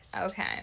Okay